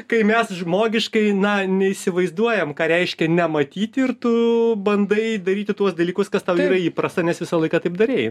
kai mes žmogiškai na neįsivaizduojam ką reiškia nematyt ir tu bandai daryti tuos dalykus kas tau yra įprasta nes visą laiką taip darei